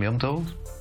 היום יום שני י"ז באדר